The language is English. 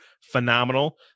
Phenomenal